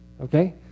okay